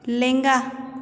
ᱞᱮᱸᱜᱟ